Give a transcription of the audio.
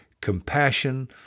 compassion